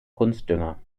kunstdünger